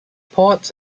ports